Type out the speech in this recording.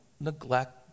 neglect